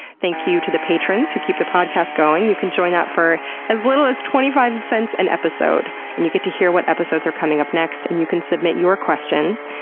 thank you to the patrons who keep the podcast going. you can join up for as little as twenty five cents an episode, and you get to hear what episodes are coming up next, and you can submit your questions.